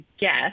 guess